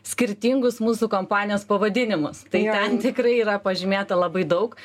skirtingus mūsų kompanijos pavadinimus tai ten tikrai yra pažymėta labai daug